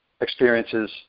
experiences